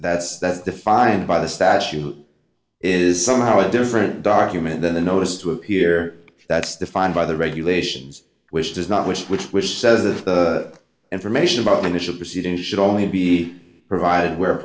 that that defined by the statute is somehow a different document than a notice to appear that's defined by the regulations which does not wish which which says the information about initial proceeding should only be provided where